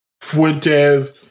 Fuentes